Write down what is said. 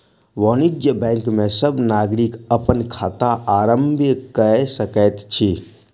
वाणिज्य बैंक में सब नागरिक अपन खाता आरम्भ कय सकैत अछि